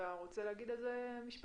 אתה רוצה להגיד על זה דבר מה?